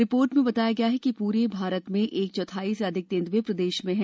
report में बताया गया है कि पूरे भारत में एक चौथाई से अधिक तेंदुए प्रदेश में हैं